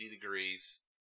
degrees